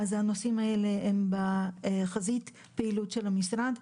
הנושאים האלה הם בחזית הפעילות של המשרד,